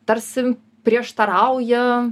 tarsi prieštarauja